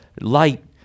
light